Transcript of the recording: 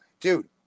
Dude